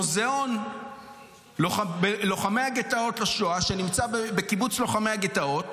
בוא תראה מה זה מוזיאון לוחמי הגטאות לשואה שנמצא בקיבוץ לוחמי הגטאות,